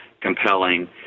compelling